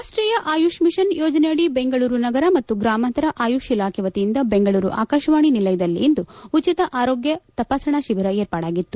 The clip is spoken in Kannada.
ರಾಷ್ಷೀಯ ಆಯುಷ್ ಮಿಷನ್ ಯೋಜನೆಯಡಿ ಬೆಂಗಳೂರು ನಗರ ಮತ್ತು ಗ್ರಮಾಂತರ ಆಯುಷ್ ಇಲಾಖೆ ವತಿಯಿಂದ ಬೆಂಗಳೂರು ಆಕಾಶವಾಣಿ ನಿಲಯದಲ್ಲಿಂದು ಉಚಿತ ಆರೋಗ್ಯ ತಪಾಸಣಾ ಶಿಬಿರ ಏರ್ಪಾಡಾಗಿತ್ತು